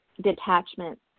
detachment